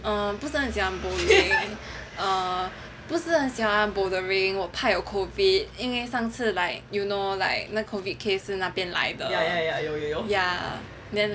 err 不是很喜欢 bowling 不是很喜欢 bowling 因为上次 like you know like COVID case 是从那边来的 ya then